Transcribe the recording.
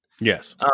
Yes